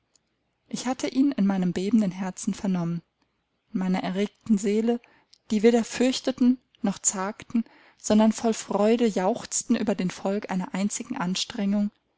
ich hatte ihn in meinem bebenden herzen vernommen in meiner erregten seele die weder fürchteten noch zagten sondern voll freude jauchzten über den erfolg einer einzigen anstrengung